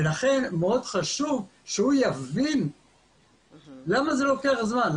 ולכן מאוד חשוב שהוא יבין למה זה לוקח זמן,